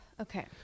okay